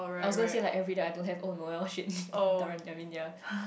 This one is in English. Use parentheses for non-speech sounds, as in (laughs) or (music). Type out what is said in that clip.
I was gonna say like everyday I don't have oh Noel shit (laughs) oh Darren I mean ya